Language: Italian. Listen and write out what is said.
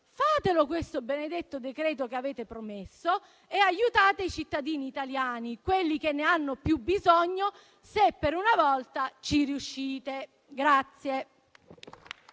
Fatelo, questo benedetto decreto che avete promesso e aiutate i cittadini italiani, quelli che ne hanno più bisogno, se per una volta ci riuscite.